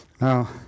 Now